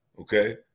okay